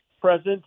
present